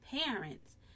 parents